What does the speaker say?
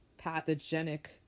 pathogenic